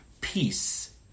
peace